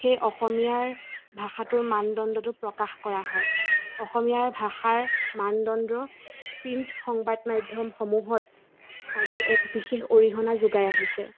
সেই অসমীয়াৰ ভাষাটোৰ মানদণ্ডটো প্ৰকাশ কৰা হয় অসমীয়াৰ ভাষাৰ মানদণ্ড প্ৰিণ্ট সংবাদ মাধ্যমসমূহত আজি এক বিশেষ অৰিহণা যোগাই আহিছে